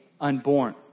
unborn